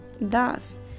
Thus